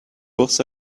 bus